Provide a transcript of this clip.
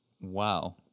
Wow